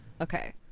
Okay